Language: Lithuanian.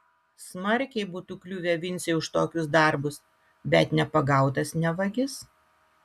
smarkiai būtų kliuvę vincei už tokius darbus bet nepagautas ne vagis